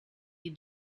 you